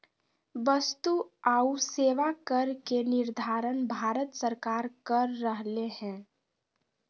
वस्तु आऊ सेवा कर के निर्धारण भारत सरकार कर रहले हें